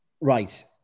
Right